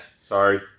Sorry